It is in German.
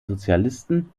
sozialisten